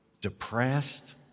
Depressed